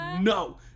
no